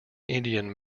indian